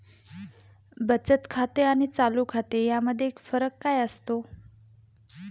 बचत खाते आणि चालू खाते यामध्ये फरक काय असतो?